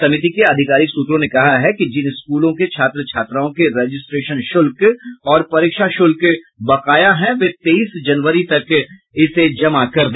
समिति के आधिकारिक सूत्रों ने कहा है कि जिन स्कूलों के छात्र छात्राओं के रजिस्ट्रेशन शुल्क और परीक्षा शुल्क बकाया है वे तेईस जनवरी तक जमा कर दे